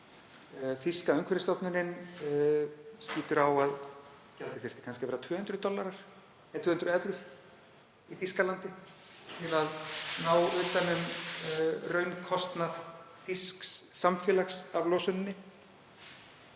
Þýska umhverfisstofnunin skýtur á að gjaldið þyrfti kannski að vera 200 evrur í Þýskalandi til að ná utan um raunkostnað þýsks samfélags af losuninni.